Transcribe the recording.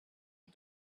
you